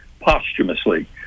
posthumously